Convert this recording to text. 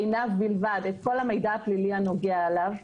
לעיניו בלבד, את כל המידע הפלילי הנוגע אליו.